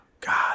God